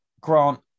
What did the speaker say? Grant